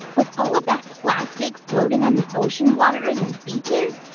with all of that plastic floating on the ocean waters and beaches,